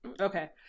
Okay